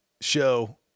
show